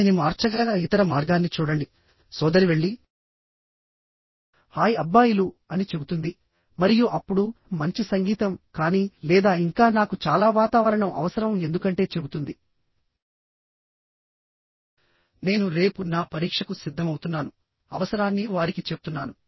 దానిని మార్చగల ఇతర మార్గాన్ని చూడండి సోదరి వెళ్లి హాయ్ అబ్బాయిలు అని చెబుతుంది మరియు అప్పుడు మంచి సంగీతం కానీ లేదా ఇంకా నాకు చాలా వాతావరణం అవసరం ఎందుకంటే చెబుతుంది నేను రేపు నా పరీక్షకు సిద్ధమవుతున్నాను అవసరాన్ని వారికి చెప్తున్నాను